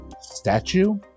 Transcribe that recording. Statue